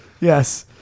Yes